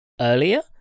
earlier